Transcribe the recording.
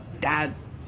dad's